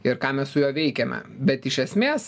ir ką mes su juo veikiame bet iš esmės